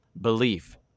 belief